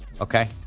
Okay